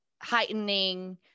heightening